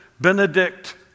Benedict